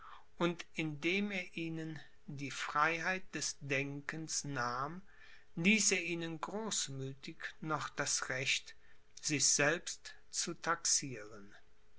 und indem er ihnen die freiheit des denkens nahm ließ er ihnen großmüthig noch das recht sich selbst zu taxieren